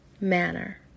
manner